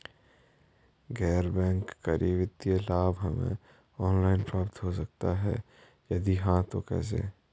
गैर बैंक करी वित्तीय लाभ हमें ऑनलाइन प्राप्त हो सकता है यदि हाँ तो कैसे?